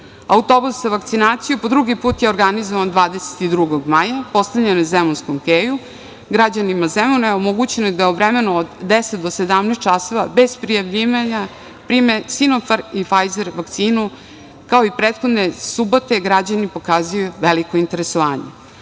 Autobus za vakcinaciju, po drugi put je organizovan 22. maja, postavljen je na Zemunskom keju, građanima Zemuna je omogućeno da u vremenu od 10 do 17 časova, bez prijavljivanja prime Sinofarm ili Fajzer vakcinu, pa kao i prethodne subote, građani pokazuju veliko interesovanje. Upućeno